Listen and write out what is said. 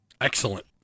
Excellent